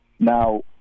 Now